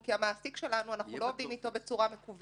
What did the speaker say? אנחנו עוד פעם חוזרים על זה,